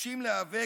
נחושים להיאבק